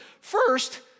first